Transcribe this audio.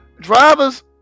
drivers